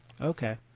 Okay